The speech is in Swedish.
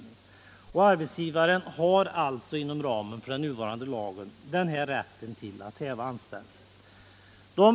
ArbetsgienlöstejunntniRdttsNEN varen har ju också inom ramen för den nuvarande lagstiftningen denna = Anställningsskydd, rätt att häva anställningen.